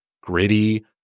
gritty